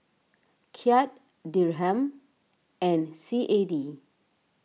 Kyat Dirham and C A D